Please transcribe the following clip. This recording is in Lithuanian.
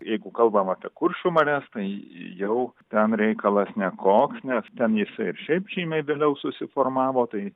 jeigu kalbam apie kuršių marias tai jau ten reikalas nekoks nes ten jis ir šiaip žymiai vėliau susiformavo tai